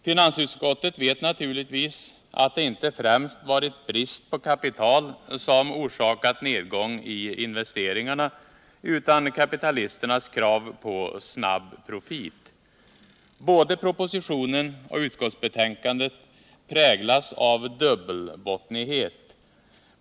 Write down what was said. Finansutskottet vet naturligtvis att det inte främst har varit brist på kapital som orsakat nedgången i investeringarna utan kapitalisternas krav på snabb profit. Både propositionen och utskottsbetänkandet präglas av dubbelbottnighet.